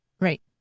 right